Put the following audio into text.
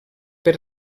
per